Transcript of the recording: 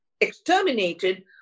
exterminated